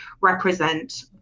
represent